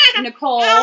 Nicole